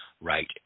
right